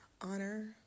honor